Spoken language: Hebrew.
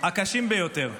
הקשות ביותר,